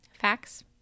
facts